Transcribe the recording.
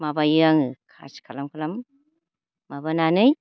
माबायो आङो खासि खालाम खालाम माबानानै